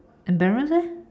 embarrass leh